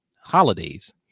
holidays